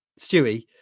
Stewie